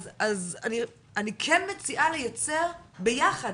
אז אני כן מציעה לייצר ביחד,